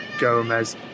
Gomez